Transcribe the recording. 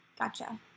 Gotcha